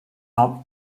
not